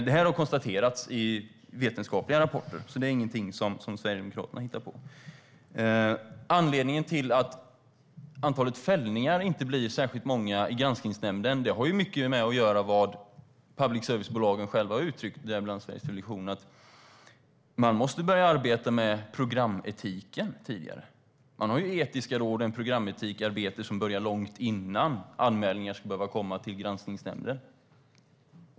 Det här har konstaterats i vetenskapliga rapporter, så det är ingenting som Sverigedemokraterna hittar på. Anledningen till att det inte blir särskilt många fällningar i Granskningsnämnden har mycket att göra med vad public service-bolagen själva har uttryckt, däribland Sveriges Television, nämligen att man måste börja arbeta med programetiken tidigare. Man har etiska råd och ett programetikarbete som börjar långt innan anmälningar ska behöva komma till Granskningsnämnden.